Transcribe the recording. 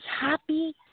happy